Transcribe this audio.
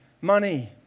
money